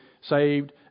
saved